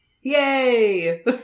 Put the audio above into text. Yay